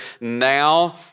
now